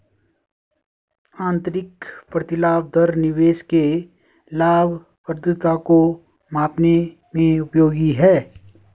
आंतरिक प्रतिलाभ दर निवेशक के लाभप्रदता को मापने में उपयोगी है